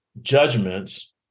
judgments